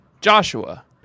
Joshua